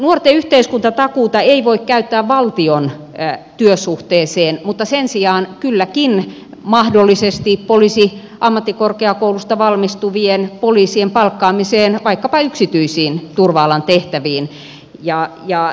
nuorten yhteiskuntatakuuta ei voi käyttää valtion työsuhteeseen mutta sen sijaan kylläkin mahdollisesti poliisiammattikorkeakoulusta valmistuvien poliisien palkkaamiseen vaikkapa yksityisiin turva alan tehtäviin